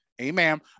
Amen